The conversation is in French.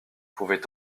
pouvait